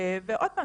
עוד פעם,